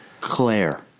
Claire